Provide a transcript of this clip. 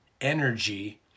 energy